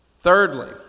Thirdly